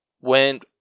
went